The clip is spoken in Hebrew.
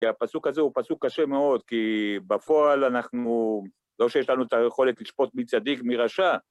כי הפסוק הזה הוא פסוק קשה מאוד, כי בפועל אנחנו... לא שיש לנו את היכולת לשפוט מי צדיק מי רשע